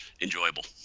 enjoyable